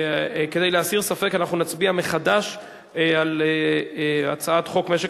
כדי להסיר ספק אנחנו נצביע מחדש על הצעת חוק משק